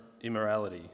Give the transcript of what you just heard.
immorality